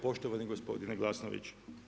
Poštovani gospodine Glasnoviću.